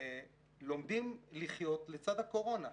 לומדים לחיות לצד הקורונה.